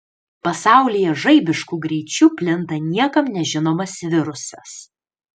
pasaulyje žaibišku greičiu plinta niekam nežinomas virusas